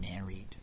married